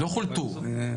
לא חולטו,